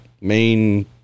main